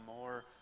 more